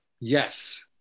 Yes